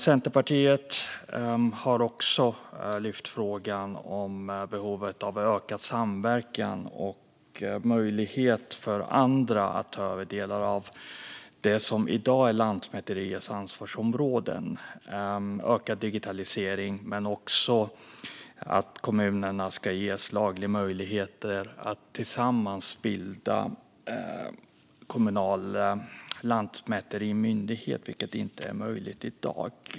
Centerpartiet har även lyft frågan om behovet av ökad samverkan och en möjlighet för andra att ta över delar av det som i dag är Lantmäteriets ansvarsområden. Det handlar om ökad digitalisering men också om att kommunerna ska ges lagliga möjligheter att tillsammans bilda en kommunal lantmäterimyndighet, vilket inte är möjligt i dag.